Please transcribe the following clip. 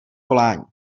volání